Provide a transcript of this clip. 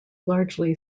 largely